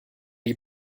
die